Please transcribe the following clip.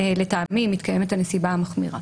לטעמי מתקיימת הנסיבה המחמירה.